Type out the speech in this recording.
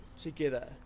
together